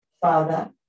Father